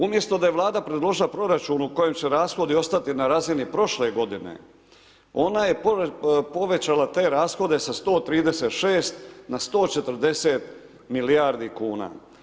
Umjesto da je Vlada predložila proračun u kojem će rashodi ostati na razini prošle g. ona je povećala te rashode sa 136 na 140 milijardi kn.